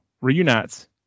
reunites